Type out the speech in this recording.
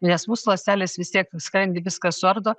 nes mūsų ląstelės vis tiek skrandy viską suardo